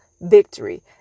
victory